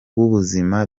ubuzima